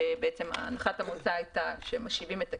הנחת המוצא הייתה שמשיבים את הכסף,